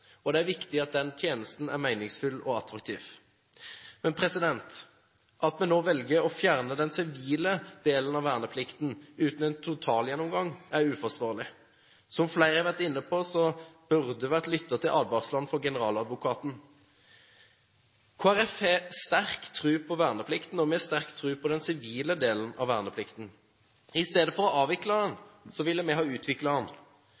Det er viktig at den tjenesten er meningsfylt og attraktiv. At vi nå velger å fjerne den sivile delen av verneplikten uten en totalgjennomgang, er uforsvarlig. Som flere har vært inne på, burde det vært lyttet til advarselen fra generaladvokaten. Kristelig Folkeparti har sterk tro på verneplikten, og vi har sterk tro på den sivile delen av verneplikten. I stedet for å avvikle